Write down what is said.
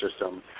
system